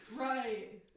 Right